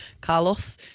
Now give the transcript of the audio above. Carlos